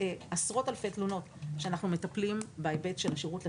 עשרות אלפי תלונות שאנחנו מטפלים בהיבט של השירות לציבור.